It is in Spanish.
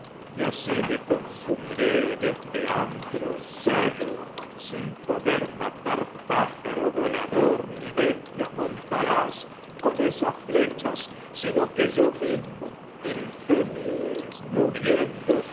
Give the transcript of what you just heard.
y asi me con ese antro solo sin con poder matar pájaro vola esas ni bestia montaraz flechas sino que a yo mismo infeliz muriendo